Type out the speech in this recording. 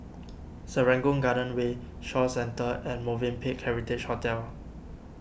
Serangoon Garden Way Shaw Centre and Movenpick Heritage Hotel